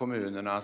korrigeringar.